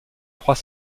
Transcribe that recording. trois